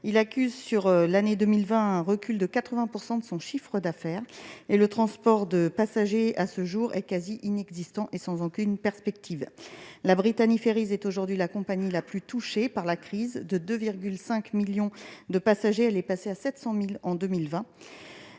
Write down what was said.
Il accuse sur l'année 2020 un recul de 80 % de son chiffre d'affaires. L'activité de transport de passagers à ce jour est quasiment inexistante et sans aucune perspective de reprise. Brittany Ferries est la compagnie la plus touchée par la crise : de 2,5 millions de passagers, elle est passée à 700 000 en 2020.